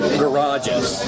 garages